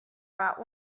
war